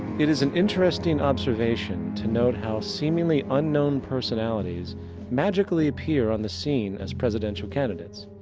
it is an interesting observation to note how seemingly unknown personalities magically appear on the scene as presidential candidates.